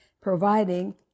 providing